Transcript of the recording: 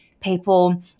people